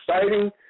exciting